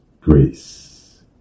grace